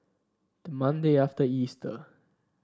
the Monday after Easter